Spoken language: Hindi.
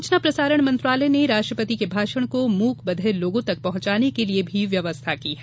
सूचना प्रसारण मंत्रालय ने राष्ट्रपति के भाषण को मुक बधिर लोगों तक पहंचाने के लिये भी व्यवस्था की है